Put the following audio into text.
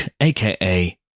aka